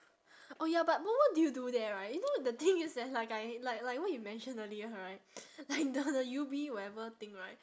oh ya but but what do you do there right you know the thing is that like I like like what you mentioned earlier right like the the U_B whatever thing right